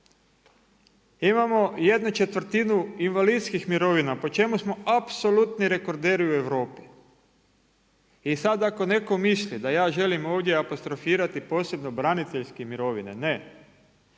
Imamo jednu četvrtinu invalidskih mirovina po čemu smo apsolutni rekorderi u Europi. I sad ako netko misli da ja želim ovdje apostrofirati posebno braniteljske mirovine, ne,